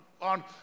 on